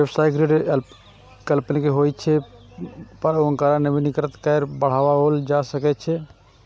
व्यावसायिक ऋण अल्पकालिक होइ छै, पर ओकरा नवीनीकृत कैर के बढ़ाओल जा सकै छै